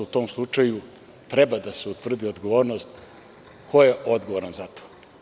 U tom slučaju, treba da se utvrdi odgovornost i da vidimo ko je odgovoran za to.